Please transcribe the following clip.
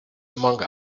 among